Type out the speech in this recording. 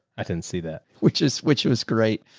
i didn't see that, which is, which was great.